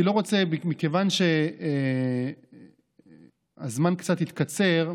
אני לא רוצה, מכיוון שהזמן קצת התקצר,